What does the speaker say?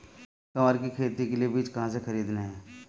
ग्वार की खेती के लिए बीज कहाँ से खरीदने हैं?